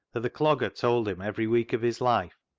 that the c logger told him every week of his life,